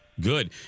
Good